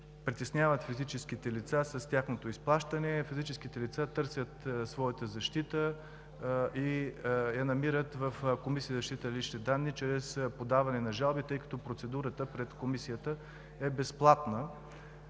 притесняват физическите лица с тяхното изплащане. Физическите лица търсят своята защита и я намират в Комисията за защита на личните данни чрез подаване на жалби, тъй като процедурата пред Комисията е безплатна